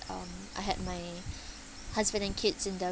um I had my husband and kids in the